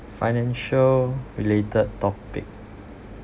financial related topic